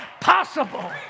possible